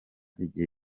igihe